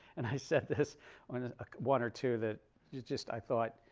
and i said this on ah ah one or two that just just i thought